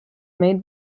made